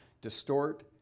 distort